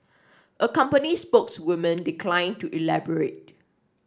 a company spokeswoman declined to elaborate